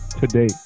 today